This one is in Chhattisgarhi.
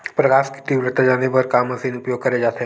प्रकाश कि तीव्रता जाने बर का मशीन उपयोग करे जाथे?